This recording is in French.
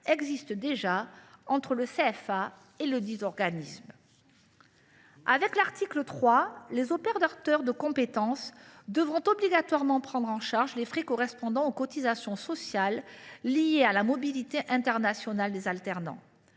limite d’âge applicable à l’apprentissage. Avec l’article 3, les opérateurs de compétences devront obligatoirement prendre en charge les frais correspondant aux cotisations sociales liées à la mobilité internationale des alternants.